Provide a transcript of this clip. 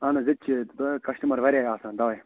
اَہَن حظ ییٚتہِ چھِ دۄہَے کسٹٕمر وارَیاہ آسان دۄہَے